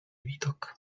widok